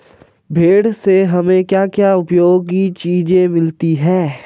भेड़ से हमें क्या क्या उपयोगी चीजें मिलती हैं?